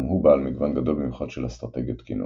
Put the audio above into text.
גם הוא בעל מגוון גדול במיוחד של אסטרטגיות קינון.